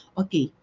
okay